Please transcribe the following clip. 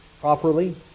properly